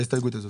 ההסתייגות הזאת.